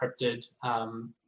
encrypted